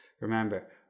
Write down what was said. Remember